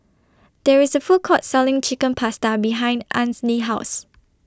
There IS A Food Court Selling Chicken Pasta behind Ainsley's House